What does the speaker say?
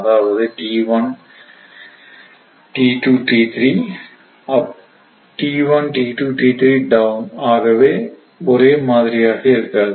அதாவது t1 t2 t3 t1 t2 t3 ஆகவே ஒரே மாதிரியாக இருக்காது